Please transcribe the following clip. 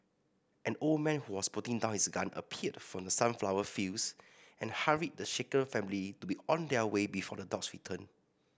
an old man who was putting down his gun appeared from the sunflower fields and hurried the shaken family to be on their way before the dogs return